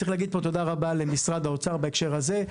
צריך להגיד פה תודה רבה למשרד האוצר בהקשר הזה.